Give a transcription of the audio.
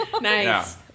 Nice